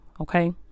Okay